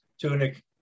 tunic